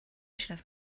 should